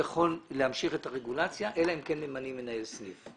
להמשיך את הרגולציה, אלא אם כן ממנים מנהל סניף.